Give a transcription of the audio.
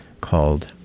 called